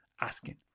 asking